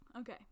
okay